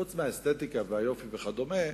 חוץ מהאסתטיקה והיופי וכדומה,